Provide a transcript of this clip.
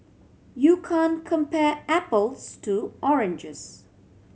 you can't compare apples to oranges